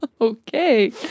Okay